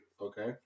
Okay